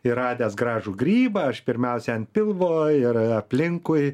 ir radęs gražų grybą aš pirmiausia ant pilvo ir aplinkui